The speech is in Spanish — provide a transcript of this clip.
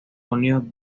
unidos